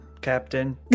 Captain